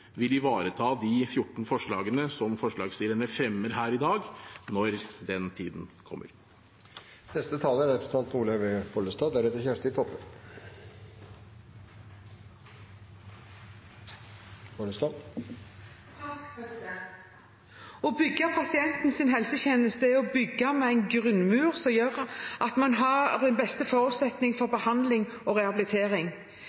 vil ivareta de 14 forslagene som forslagsstillerne fremmer her i dag – når den tiden kommer. Å bygge pasientens helsetjeneste er å bygge en grunnmur som gjør at man har den beste forutsetning for